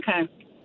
Okay